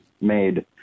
made